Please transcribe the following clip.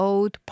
Old